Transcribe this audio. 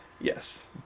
Yes